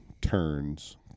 turns